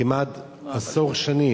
כמעט עשר שנים,